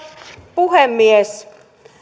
puhemies